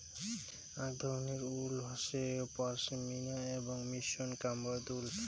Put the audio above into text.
আক ধরণের উল হসে পশমিনা এবং মসৃণ কাশ্মেয়ার উল